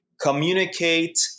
communicate